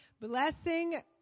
blessing